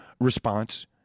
response